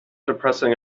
depressing